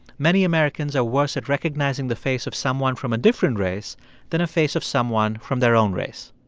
many americans are worse at recognizing the face of someone from a different race than a face of someone from their own race